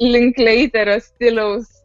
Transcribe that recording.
linkleiterio stiliaus